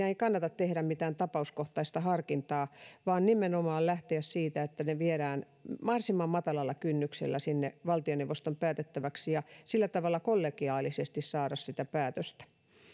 ei kannata tehdä mitään tapauskohtaista harkintaa vaan nimenomaan lähteä siitä että ne viedään mahdollisimman matalalla kynnyksellä valtioneuvoston päätettäväksi ja sillä tavalla kollegiaalisesti saadaan päätöstä